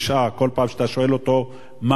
כל פעם שאתה שואל אותו מה המצב,